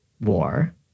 war